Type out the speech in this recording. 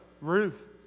Ruth